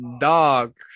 dog